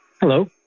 Hello